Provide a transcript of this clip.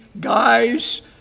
guys